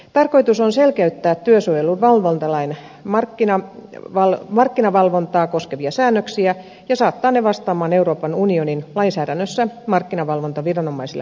tarkoitus on selkeyttää työsuojeluvalvontalain markkinavalvontaa koskevia säännöksiä ja saattaa ne vastaamaan euroopan unionin lainsäädännössä markkinavalvontaviranomaisille annettuja oikeuksia